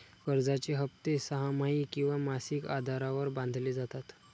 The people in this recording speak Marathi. कर्जाचे हप्ते सहामाही किंवा मासिक आधारावर बांधले जातात